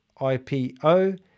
IPO